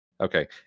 Okay